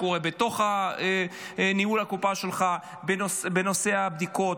שקורה בתוך ניהול הקופה שלך בנושא הבדיקות.